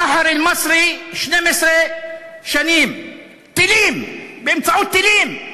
סאהר אל-מצרי, 12 שנים, טילים, באמצעות טילים,